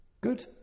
Good